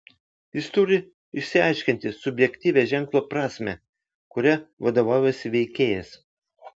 jis turi išsiaiškinti subjektyvią ženklo prasmę kuria vadovaujasi veikėjas